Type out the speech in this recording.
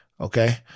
Okay